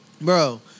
Bro